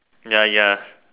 ya ya